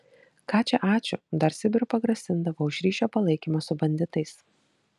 ką čia ačiū dar sibiru pagrasindavo už ryšio palaikymą su banditais